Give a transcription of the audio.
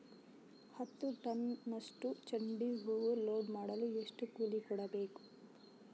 ಹತ್ತು ಟನ್ನಷ್ಟು ಚೆಂಡುಹೂ ಲೋಡ್ ಮಾಡಲು ಎಷ್ಟು ಕೂಲಿ ಕೊಡಬೇಕು?